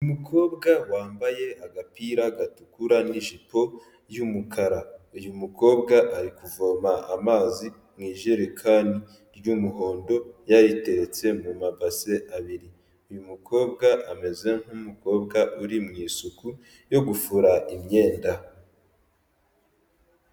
Umukobwa wambaye agapira gatukura n'ijipo y'umukara. Uyu mukobwa ari kuvoma amazi mu ijerekani ry'umuhondo, yariteretse mu mabase abiri, uyu mukobwa ameze nk'umukobwa uri mu isuku yo gufura imyenda.